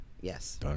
Yes